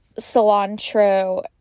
cilantro